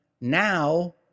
now